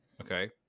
okay